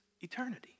eternity